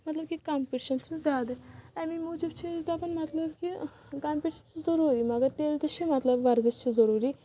مطلب کہِ کمپٹشن چھُ زیادٕ امی موٗجوٗب چھِ أسۍ دپان مطلب کہِ کمپٹشن چھُ ضروٗری مطلب تیٚلہِ تہِ چھِ مطلب ورزش چھِ ضروٗری